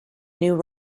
new